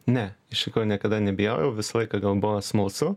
ne iš tikro niekada nebijojau visą laiką gal buvo smalsu